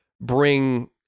bring